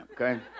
okay